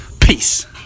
Peace